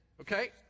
okay